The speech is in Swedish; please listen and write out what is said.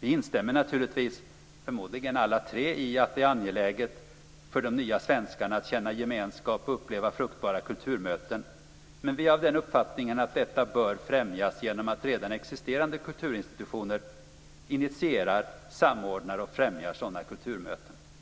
Vi instämmer naturligtvis förmodligen alla tre i att det är angeläget för de nya svenskarna att känna gemenskap och uppleva fruktbara kulturmöten, men vi är av den uppfattningen att detta bör främjas genom att redan existerande kulturinstitutioner initierar, samordnar och främjar sådana kulturmöten.